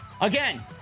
Again